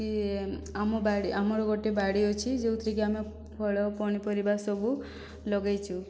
କି ଆମ ବାଡ଼ି ଆମର ଗୋଟିଏ ବାଡ଼ି ଅଛି ଯେଉଁଥିରେକି ଆମେ ଫଳ ପନିପରିବା ସବୁ ଲଗେଇଛୁ